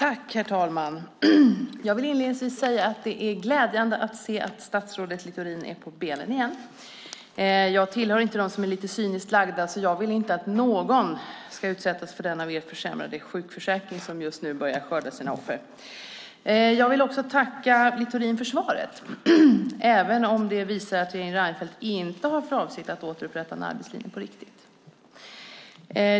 Herr talman! Jag vill inledningsvis säga att det är glädjande att se att statsrådet Littorin är på benen igen. Jag tillhör inte dem som är lite cyniskt lagda, så jag vill inte att någon ska utsättas för den av er försämrade sjukförsäkring som just nu börjar skörda sina offer. Jag vill också tacka Littorin för svaret, även om det visar att regeringen Reinfeldt inte har för avsikt att återupprätta arbetslinjen på riktigt.